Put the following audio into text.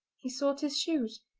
he sought his shoes.